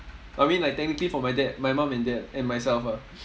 I mean like technically for my dad my mum and dad and myself ah